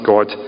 God